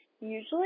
usually